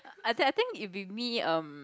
I think I think if be me um